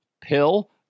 pill